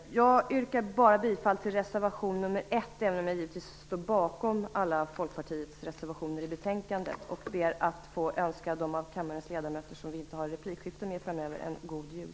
Jag yrkar bifall endast till reservation nr 1, även om jag givetvis står bakom alla Folkpartiets reservationer till betänkandet och ber att få önska de av kammarens ledamöter som inte deltar i replikskifte framöver en god jul.